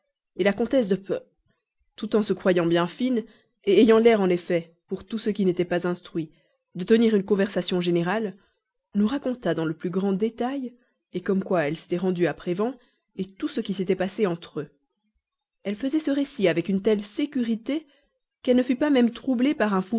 six la comtesse de p tout en se croyant bien fine ayant l'air en effet pour tout ce qui n'était pas instruit de tenir une conversation générale nous raconta dans le plus grand détail comme quoi elle s'était rendue à prévan tout ce qui s'était passé entre eux elle faisait ce récit avec une telle sécurité qu'elle ne fut pas même troublée par